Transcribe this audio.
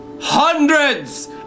Hundreds